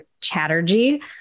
Chatterjee